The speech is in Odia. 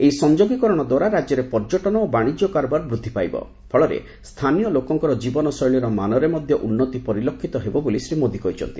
ଏହି ସଂଯୋଗୀକରଣ ଦ୍ୱାରା ରାଜ୍ୟରେ ପର୍ଯ୍ୟଟନ ଓ ବାଶିଜ୍ୟ କାରବାର ବୃଦ୍ଧିପାଇବ ଫଳରେ ସ୍ଥାନୀୟ ଲୋକଙ୍କର ଜୀବନଶୈଳୀର ମାନରେ ମଧ୍ୟ ଉନ୍ନତି ପରିଲକ୍ଷିତ ହେବ ବୋଲି ଶ୍ରୀ ମୋଦୀ କହିଛନ୍ତି